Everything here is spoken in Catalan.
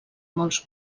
molts